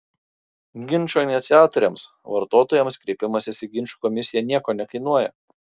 ginčo iniciatoriams vartotojams kreipimasis į ginčų komisiją nieko nekainuoja